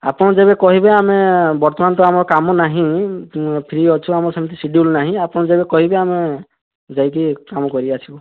ଆପଣ ଯେବେ କହିବେ ଆମେ ବର୍ତ୍ତମାନ ତ ଆମର କାମ ନାହିଁ ଫ୍ରି ଅଛୁ ଆମର ସେମିତି ସିଡ୍ୟୁଲ୍ ନାହିଁ ଆପଣ ଯେବେ କହିବେ ଆମେ ଯାଇକି କାମ କରିକି ଆସିବୁ